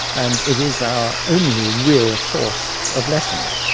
and it is our only real source of lessons.